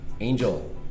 Angel